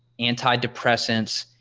antidepressants,